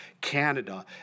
Canada